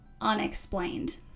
unexplained